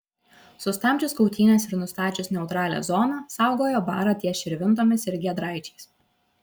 sustabdžius kautynes ir nustačius neutralią zoną saugojo barą ties širvintomis ir giedraičiais